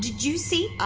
you see? i.